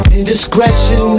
Indiscretion